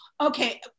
okay